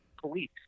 police